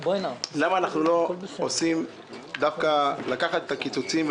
למה אנחנו לא עושים דווקא לקחת את הקיצוצים,